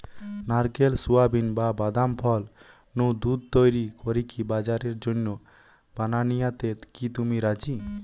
নারকেল, সুয়াবিন, বা বাদাম ফল নু দুধ তইরি করিকি বাজারের জন্য বানানিয়াতে কি তুমি রাজি?